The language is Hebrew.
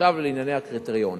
עכשיו לענייני הקריטריונים.